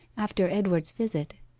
after edward's visit.